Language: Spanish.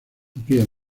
aquella